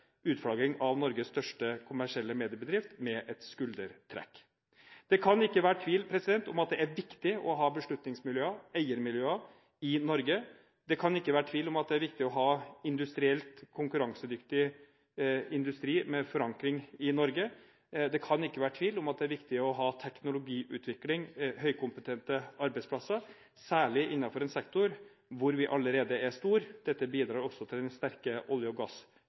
utflagging av Norges største kommersielle mediebedrift med et skuldertrekk. Det kan ikke være tvil om at det er viktig å ha beslutningsmiljøer og eiermiljøer i Norge. Det kan ikke være tvil om at det er viktig å ha industrielt konkurransedyktig industri med forankring i Norge. Det kan ikke være tvil om at det er viktig å ha teknologiutvikling og høykompetente arbeidsplasser, særlig innenfor en sektor hvor vi allerede er store. Dette bidrar også til den sterke olje- og